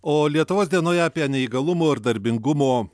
o lietuvos dienoje apie neįgalumo ir darbingumo